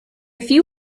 few